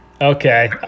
okay